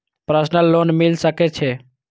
Personal loan मिल सके छे?